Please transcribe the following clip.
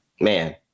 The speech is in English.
man